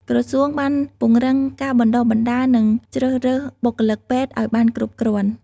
ក្រសួងបានពង្រឹងការបណ្តុះបណ្តាលនិងជ្រើសរើសបុគ្គលិកពេទ្យឱ្យបានគ្រប់គ្រាន់។